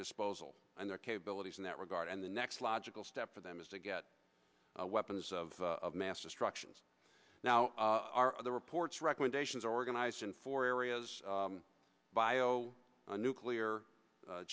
disposal and their capabilities in that regard and the next logical step for them is to get weapons of mass destructions now are the report's recommendations organized in four areas bio nuclear